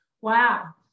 Wow